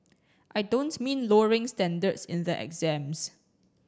I don't mean lowering standards in the exams